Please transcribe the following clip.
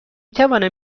توانم